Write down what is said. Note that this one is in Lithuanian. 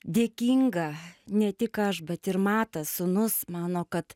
dėkinga ne tik aš bet ir matas sūnus mano kad